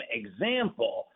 example